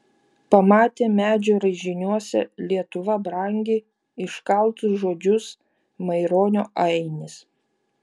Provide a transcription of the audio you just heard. pamatė medžio raižiniuose lietuva brangi iškaltus žodžius maironio ainis